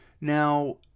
Now